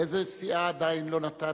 מאיזה סיעה עדיין לא נתתי?